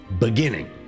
beginning